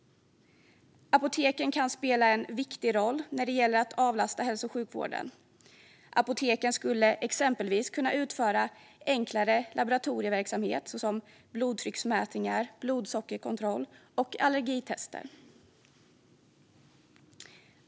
Apoteken kan spela en viktig roll när det gäller att avlasta hälso och sjukvården. Apoteken skulle exempelvis kunna utföra enklare laboratorieverksamhet som blodtrycksmätningar, blodsockerkontroll och allergitester.